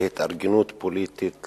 להתארגנות פוליטית,